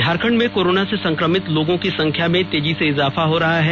झारखंड में कोरोना से संक्रमित लोगों की संख्या में तेजी से इजाफा हो रहा है